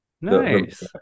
nice